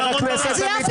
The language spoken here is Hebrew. חבר הכנסת עמית הלוי.